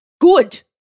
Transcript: good